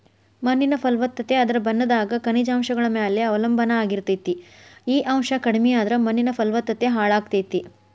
ಮಣ್ಣಿನ ಫಲವತ್ತತೆ ಅದರ ಬಣ್ಣದಾಗ ಖನಿಜಾಂಶಗಳ ಮ್ಯಾಲೆ ಅವಲಂಬನಾ ಆಗಿರ್ತೇತಿ, ಈ ಅಂಶ ಕಡಿಮಿಯಾದ್ರ ಮಣ್ಣಿನ ಫಲವತ್ತತೆ ಹಾಳಾಗ್ತೇತಿ